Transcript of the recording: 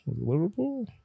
liverpool